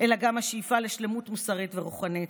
שעל בסיסם הוקמה המדינה והובטחה עצמאותנו,